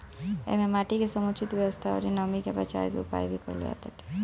एमे माटी के समुचित व्यवस्था अउरी नमी के बाचावे के उपाय भी कईल जाताटे